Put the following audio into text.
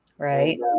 Right